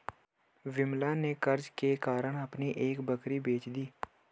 विमला ने कर्ज के कारण अपनी एक बकरी बेच दी